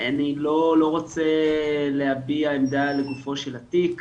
אני לא רוצה להביע עמדה לגופו של התיק.